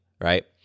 right